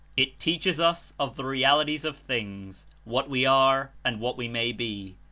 it teaches us of the realities of things, what we are and what we may be.